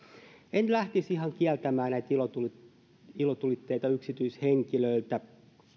en lähtisi ihan kieltämään näitä ilotulitteita yksityishenkilöiltä